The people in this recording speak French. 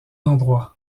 endroits